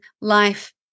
life